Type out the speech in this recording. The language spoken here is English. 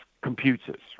computers